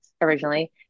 originally